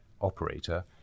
operator